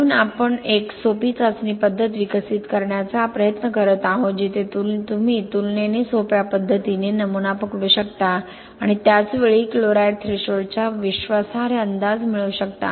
म्हणून आपण एक सोपी चाचणी पद्धत विकसित करण्याचा प्रयत्न करत आहोत जिथे तुम्ही तुलनेने सोप्या पद्धतीने नमुना पकडू शकता आणि त्याच वेळी क्लोराईड थ्रेशोल्डचा विश्वासार्ह अंदाज मिळवू शकता